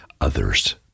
others